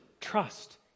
trust